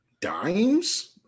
Dimes